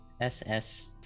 SS